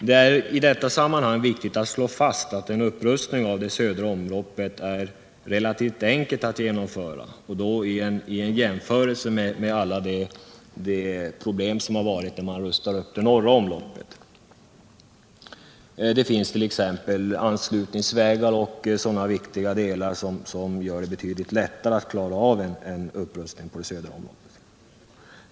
Det är i detta sammanhang viktigt att slå fast att en upprustning av det södra omloppet är relativt enkel att genomföra i jämförelse med alla de problem som mött då man rustade upp det norra området. Det finns t.ex. anslutningsvägar och sådana viktiga delar som gör det betydligt lättare att klara av en upprustning på södra området.